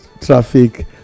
traffic